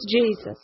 Jesus